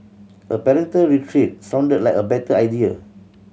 a parental retreat sounded like a better idea